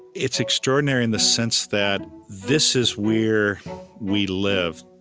it's extraordinary in the sense that this is where we live.